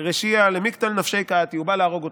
רשיעא למיקטל נפשי קא אתי" הוא בא להרוג אותי,